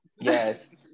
yes